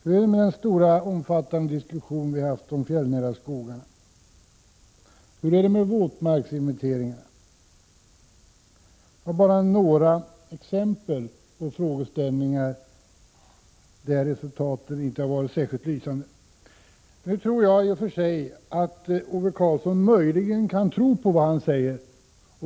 Hur är det med den omfattande diskussionen om de fjällnära skogarna? Hur är det med våtmarksinventeringarna? Det här är bara några exempel på frågor där resultaten inte har varit särskilt lysande. I och för sig kan det vara möjligt att Ove Karlsson tror på vad han här säger.